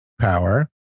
power